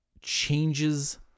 changes